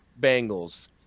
Bengals